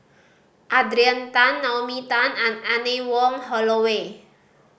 Adrian Tan Naomi Tan and Anne Wong Holloway